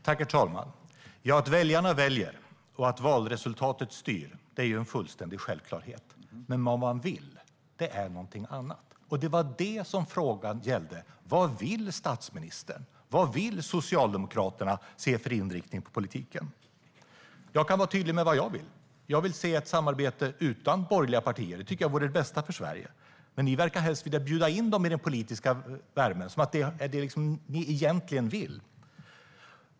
Herr talman! Ja, att väljarna väljer och att valresultatet styr är en fullständig självklarhet. Men vad man vill är någonting annat, och det var det som frågan gällde. Vad vill statsministern? Vad vill Socialdemokraterna se för inriktning på politiken? Jag kan vara tydlig med vad jag vill. Jag vill se ett samarbete utan borgerliga partier. Det tycker jag vore det bästa för Sverige. Men ni verkar helst vilja bjuda in dem i den politiska värmen. Det verkar som att det är det ni egentligen vill.